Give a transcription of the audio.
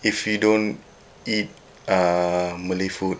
if you don't eat uh malay food